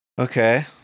Okay